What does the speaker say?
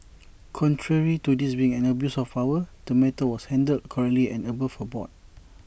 contrary to this being an abuse of power the matter was handled correctly and above board